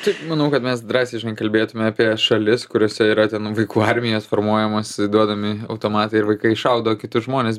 taip manau kad mes drąsiai žinai kalbėtume apie šalis kuriose yra ten vaikų armijos formuojamos duodami automatai ir vaikai šaudo kitus žmones